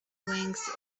wings